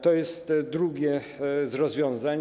To jest drugie z rozwiązań.